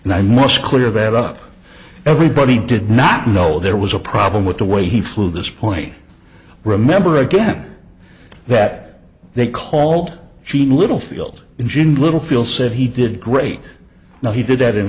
and i must clear that up everybody did not know there was a problem with the way he flew this point remember again that they called she knew littlefield engine little fuel said he did great now he did that in